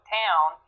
town